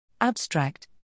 Abstract